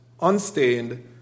unstained